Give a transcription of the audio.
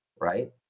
right